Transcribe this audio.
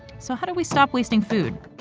so how do we stop wasting food?